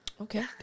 Okay